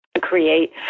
create